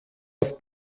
auf